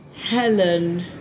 Helen